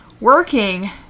working